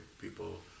people